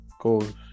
goals